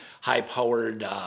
high-powered